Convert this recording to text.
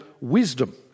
wisdom